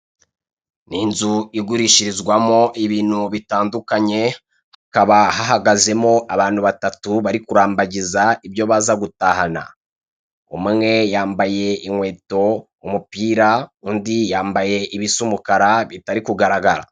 Ni inzu igurishirizwamo ibintu bitandukanye hakaba hahagazemo abantu batatu bari kurambagiza ibyo baza gutahana umwe yamabaye inkweto, umupira undi yambaye ibisa umukara bitari kugaragara.